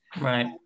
right